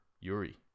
yuri